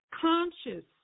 conscious